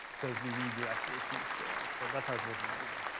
because we need your expertise there. so, that's how it's working right now.